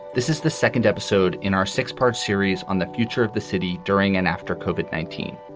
this is the second episode in our six part series on the future of the city during and after kovik nineteen.